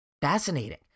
fascinating